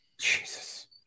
Jesus